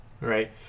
Right